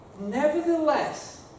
Nevertheless